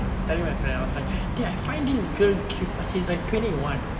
I was telling my friend I was like eh I find girl cute but she's like twenty one